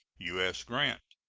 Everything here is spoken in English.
u s. grant.